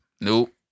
nope